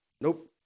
Nope